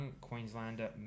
Queenslander